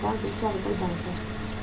दूसरा विकल्प बैंक है